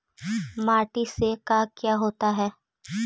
माटी से का क्या होता है?